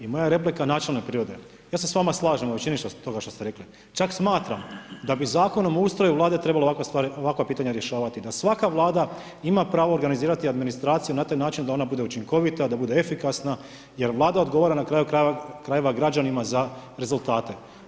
I moja replika je načelne prirode, ja se s vama slažem u većini toga što ste rekli, čak smatram da mi zakonom o ustroju vlade trebalo ovakve stvari ovakva pitanja rješavati, da svaka vlada ima pravo organizirati administraciju na taj način da ona bude učinkovita, da bude efikasna jer vlada odgovara na kraju krajeva građanima za rezultate.